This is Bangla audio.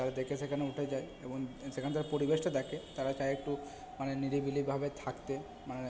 তারা দেখে সেখানে উঠে যায় এবং সেখানকার পরিবেশটা দেখে তারা চায় একটু মানে নিরিবিলিভাবে থাকতে মানে